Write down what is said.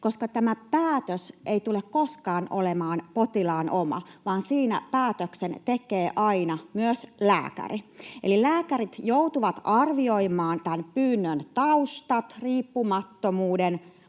koska tämä päätös ei tule koskaan olemaan potilaan oma, vaan siinä päätöksen tekee aina myös lääkäri. Eli lääkärit joutuvat arvioimaan tämän pyynnön taustat, riippumattomuuden,